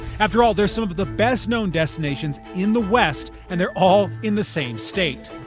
after all they're some of the best-known destinations in the west, and they're all in the same state.